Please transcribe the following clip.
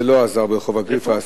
וזה לא עזר ברחוב אגריפס.